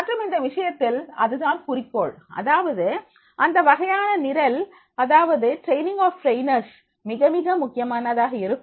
மற்றும் இந்த விஷயத்தில் அது தான் குறிக்கோள் அதாவது இந்த வகையான நிரல் அதாவது ட்ரெய்னிங் ஆப் ட்ரைனர்ஸ்மிகமிக முக்கியமானதாக இருக்கும்